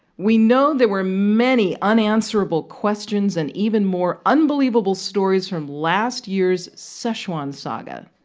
we know there were many unanswerable questions and even more unbelievable stories from last year's so szechuan saga.